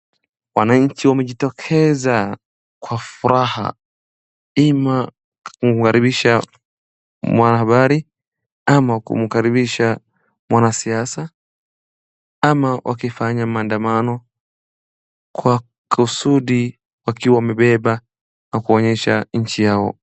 Wananchi wamejitokeza kwa furaha wima kumkaribisha mwanahabari au mwanasiasa ama wakifanya maadamano kwa kusudi wakiwa wamebeba na kuonyesha nchi yao.